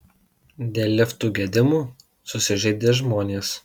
dėl liftų gedimų susižeidė žmonės